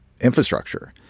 infrastructure